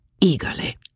eagerly